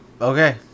okay